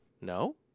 No